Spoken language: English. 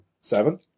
Seven